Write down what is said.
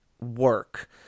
work